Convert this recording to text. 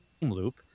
loop